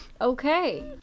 okay